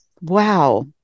Wow